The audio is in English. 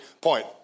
point